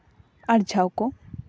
ᱟᱨᱡᱟᱣ ᱠᱚ